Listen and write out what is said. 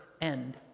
end